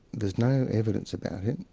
there's no evidence about it,